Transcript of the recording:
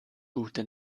gute